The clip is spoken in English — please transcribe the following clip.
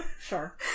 Sure